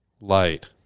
light